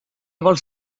vols